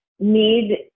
need